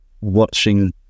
watching